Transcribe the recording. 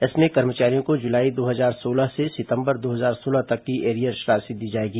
इसमें कर्मचारियों को जुलाई दो हजार सोलह से सितंबर दो हजार सोलह तक की एरियर्स राशि दी जाएगी